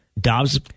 Dobbs